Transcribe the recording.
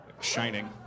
Shining